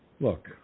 Look